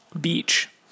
Beach